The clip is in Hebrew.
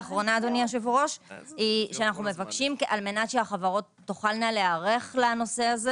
אנו מבקשים כדי שהחברות תוכלנה להיערך לנושא הזה